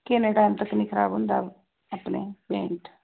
ਕਿੰਨੇ ਟਾਈਮ ਤੱਕ ਨਹੀਂ ਖਰਾਬ ਹੁੰਦਾ ਆਪਣੇ ਪੇਂਟ